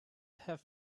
have